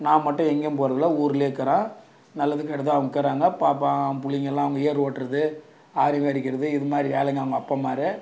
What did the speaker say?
நான் மட்டும் எங்கேயும் போகிறதில்ல ஊருலயேருக்குறேன் நல்லதுக்கெட்டதும் அவங்கக்குறாங்க பாப்பா பிள்ளைங்கலாம் அவங்கள் ஏர் ஓட்டுறது ஆடு மேய்க்கிறது இது மாதிரி வேலைங்க அவங்கள் அப்பன்மார்